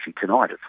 tonight